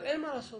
אבל אין מה לעשות.